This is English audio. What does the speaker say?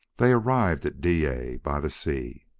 they arrived at dyea by the sea.